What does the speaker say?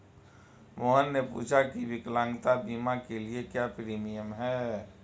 मोहन ने पूछा की विकलांगता बीमा के लिए क्या प्रीमियम है?